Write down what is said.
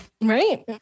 right